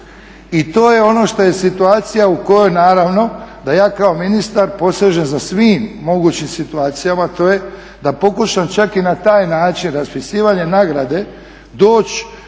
I to je ono što je situacija u kojoj naravno da ja kao ministar posežem za svim mogućim situacijama, to je da pokušam čak i na taj način raspisivanjem nagrade doći